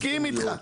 אני מסכים אתך.